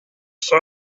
sun